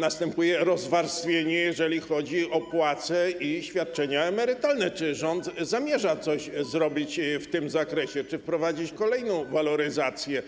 następuje rozwarstwienie, jeżeli chodzi o płace i świadczenia emerytalne, czy rząd zamierza coś zrobić w tym zakresie, wprowadzić kolejną waloryzację?